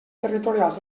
territorials